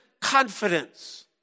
Confidence